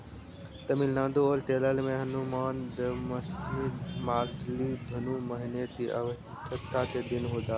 तमिलनाडु औल केरल में हनुमान जन्मोत्सव मार्जली धनु महीने की अवा ता के दिन होता